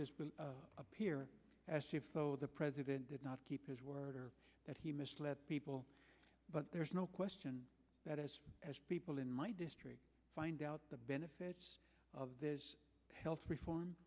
this appear as though the president did not keep his word or that he misled people but there's no question that as as people in my district find out the benefits of this health reform